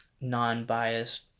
non-biased